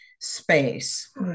space